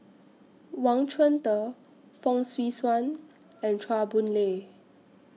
Wang Chunde Fong Swee Suan and Chua Boon Lay